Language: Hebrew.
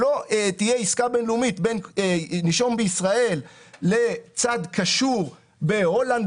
שלא תהיה עסקה בינלאומית בין נישום בישראל לבין צד קשור בהולנד,